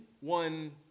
one